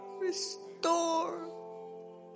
restore